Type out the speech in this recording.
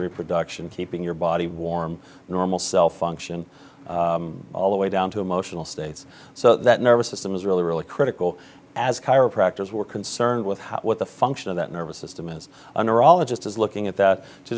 reproduction keeping your body warm normal cell function all the way down to emotional states so that nervous system is really really critical as chiropractors were concerned with what the function of that nervous system is a neurologist is looking at that to